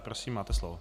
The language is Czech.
Prosím, máte slovo.